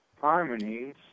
harmonies